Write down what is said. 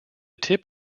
tip